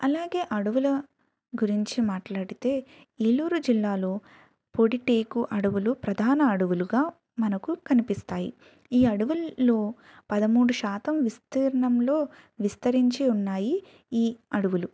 అలాగే అడవుల గురించి మాట్లాడితే ఏలూరు జిల్లాలో పొడి టేకు అడవులు మనకు ప్రధాన అడవులుగా మనకు కనిపిస్తాయి ఈ అడవులలో పదమూడు శాతం విస్తీర్ణంలో విస్తరించి ఉన్నాయి ఈ అడవులు